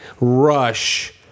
Rush